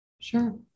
Sure